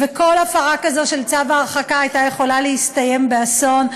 וכל הפרה כזו של צו ההרחקה הייתה יכולה להסתיים באסון.